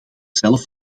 zelf